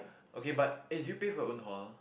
okay but eh do you pay for your own hall